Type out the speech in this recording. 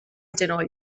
genoll